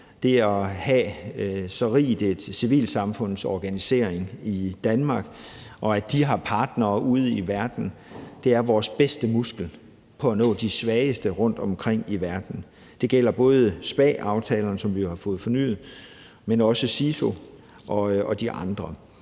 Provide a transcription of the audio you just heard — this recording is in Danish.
det at have så rig en civilsamfundsorganisering i Danmark og at have partnere ude i verden er vores bedste muskel til at nå de svageste rundtomkring i verden med. Det gælder både SPA-aftalerne , som vi jo har fået fornyet, men også CISU og de andre.